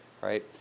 right